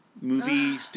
movie